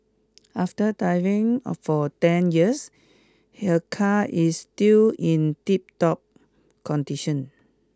after diving for ten years here car is still in tiptop condition